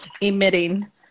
emitting